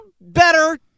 better